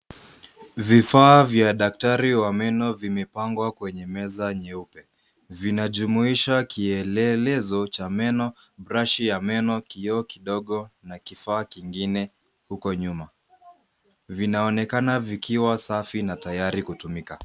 Vifaa vya daktari wa meno vimepangwa kwenye meza nyeupe vinajumuisha kielelezo cha meno brushi ya meno kioo kidogo na kifaa kingine huko nyuma vinaonekana vikiwa safi na tayari kutumika.